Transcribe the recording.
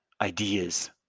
ideas